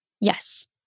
Yes